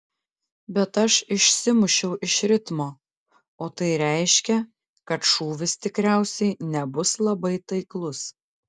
bet aš išsimušiau iš ritmo o tai reiškia kad šūvis tikriausiai nebus labai taiklus